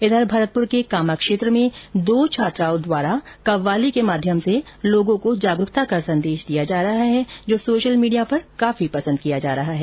इधर भरतपुर के कामां क्षेत्र में दो छात्राओं द्वारा कव्वाली के माध्यम से लोगों को जागरूकता का संदेश दिया जा रहा है जो सोशल मीडिया पर काफी पसंद किया जा रहा है